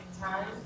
time